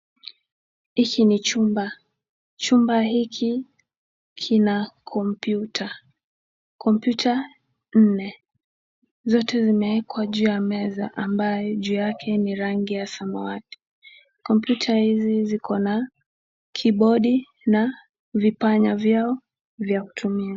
Hiki ni chumba, chumba hiki kina kompyuta kompyuta nne, zote zimewekwa juu ya meza ambaye juu yake ni rangi ya samawati. Kompyuta hizi ziko na kibodi na vipanya vyao vya kutumia.